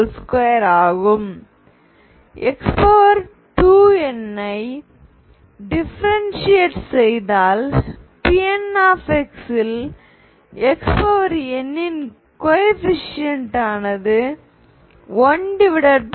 2 x2n ஐ differentiate செய்தால்Pnx ல் xn இன் கோஏபிசிஎன்ட் 12nn